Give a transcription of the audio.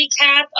recap